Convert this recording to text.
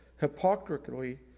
hypocritically